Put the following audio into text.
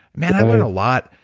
man, i've learned a lot.